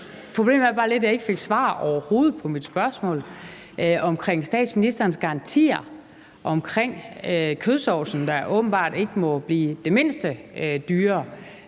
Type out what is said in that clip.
at jeg overhovedet ikke fik svar på mit spørgsmål om statsministerens garantier om kødsovsen, der åbenbart ikke må blive det mindste dyrere,